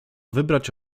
wybrać